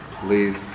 please